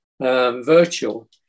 virtual